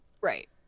Right